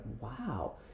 wow